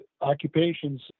occupations